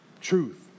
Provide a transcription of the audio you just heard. truth